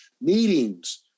meetings